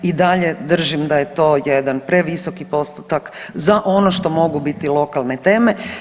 I dalje držim da je to jedan previsoki postotak za ono što mogu biti lokalne teme.